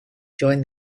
join